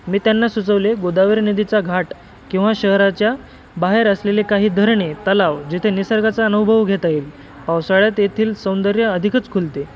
मी त्यांना सुचवले गोदावरी नदीचा घाट किंवा शहराच्या बाहेर असलेले काही धरणे तलाव जिथे निसर्गाचा अनुभव घेता येईल पावसाळ्यात येथील सौंदर्य अधिकच खुलते